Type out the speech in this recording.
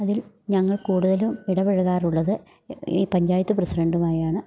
അതിൽ ഞങ്ങൾ കൂടുതലും ഇടപഴകാറുള്ളത് ഈ പഞ്ചായത്ത് പ്രസിഡൻ്റുമായാണ്